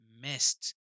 missed